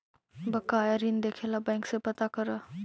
बकाया ऋण देखे ला बैंक से पता करअ